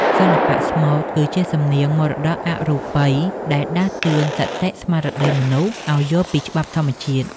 សិល្បៈស្មូតគឺជាសំនៀងមរតកអរូបិយដែលដាស់តឿនសតិស្មារតីមនុស្សឱ្យយល់ពីច្បាប់ធម្មជាតិ។